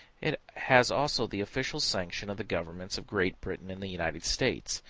it has also the official sanction of the governments of great britain and the united states.